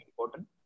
important